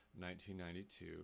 1992